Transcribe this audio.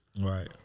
Right